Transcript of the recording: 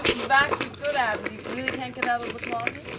vax is good at. he really can't get out of the closet?